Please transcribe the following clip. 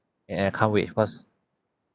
and I can't wait because